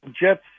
Jets